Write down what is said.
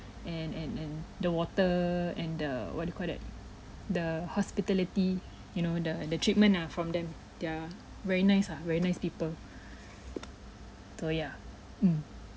and and and the water and the what do you call that the hospitality you know the the treatment ah from them they're very nice ah very nice people so ya mm